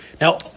Now